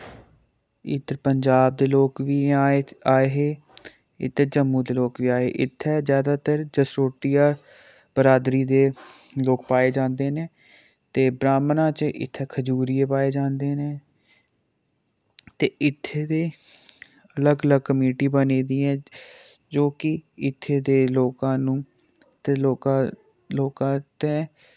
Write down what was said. इत्तर पंजाब दे लोक वी आए आए हे इद्धर जम्मू दे लोक वी आए इत्थैं जैदातर जसरोटिया बरादरी दे लोक पाए जांदे ने ते ब्रहामणां च इत्थे खजूरिये पाए जांदे ने ते इत्थे दे अलग अलग कमेटी बनी दी ऐं जो कि इत्थे दे लोकां नू ते लोका लोकां ते